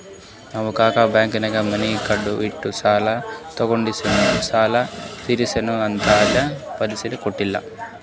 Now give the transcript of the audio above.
ನಮ್ ಕಾಕಾ ಬ್ಯಾಂಕ್ನಾಗ್ ಮನಿ ಅಡಾ ಇಟ್ಟು ಸಾಲ ತಗೊಂಡಿನು ಸಾಲಾ ತಿರ್ಸಿಲ್ಲಾ ಅಂತ್ ಮನಿ ವಾಪಿಸ್ ಕೊಟ್ಟಿಲ್ಲ